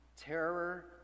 Terror